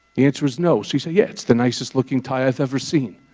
the answer is no. so you say, yeah, it's the nicest looking tie i've ever seen.